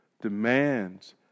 demands